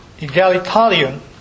egalitarian